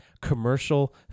commercial